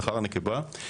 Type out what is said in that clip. זכר ונקבה,